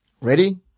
ready